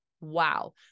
wow